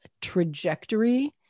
trajectory